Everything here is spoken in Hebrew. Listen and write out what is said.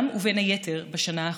בין היתר בשנה האחרונה,